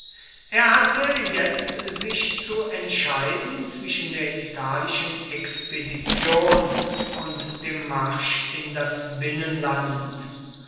er hatte jetzt sich zu entscheiden zwischen der italischen expedition und dem marsch in das binnenland